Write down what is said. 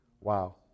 wow